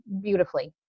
beautifully